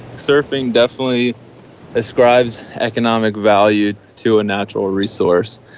surfing definitely ascribes economic value to a natural resource,